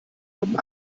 haben